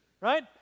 right